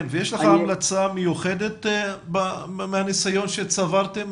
מהניסיון שצברתם,